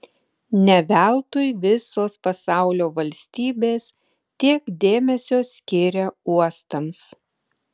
ne veltui visos pasaulio valstybės tiek dėmesio skiria uostams